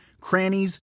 crannies